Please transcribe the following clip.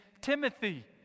Timothy